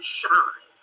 shine